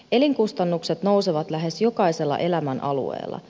elinkustannukset nousevat lähes jokaisella elämänalueella